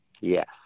Yes